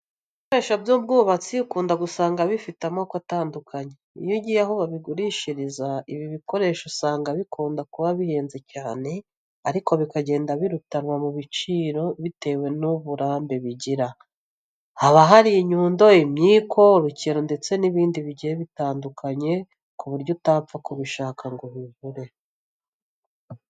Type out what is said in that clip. Ibikoresho by'ubwubatsi ukunda gusanga bifite amoko atandukanye. Iyo ugiye aho bagurishiriza ibi bikoresho usanga bikunda kuba bihenze cyane ariko bikagenda birutanwa mu biciro bitewe n'uburambe bigira. Haba hari inyundo, imyiko, urukero ndetse n'ibindi bigiye bitandukanye ku buryo utapfa kubishaka ngo ubibure.